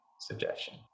suggestion